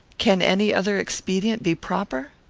can any other expedient be proper?